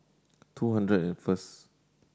two hundred and first